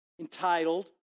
entitled